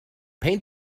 paint